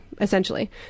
essentially